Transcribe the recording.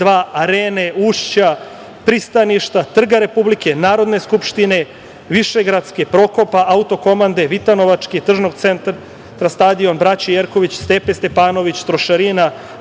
42, Arene, Ušća, Pristaništa, Trga Republike, Narodne Skupštine, Višegradske, Prokopa, Autokomande, Vitanovačke, tržnog centra Stadion, Braće Jerković, Stepe Stepanović, Trošarina,